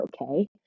okay